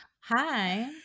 Hi